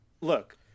look